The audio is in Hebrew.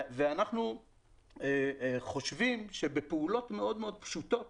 ואנחנו חושבים שבפעולות מאוד מאוד פשוטות